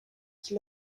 qui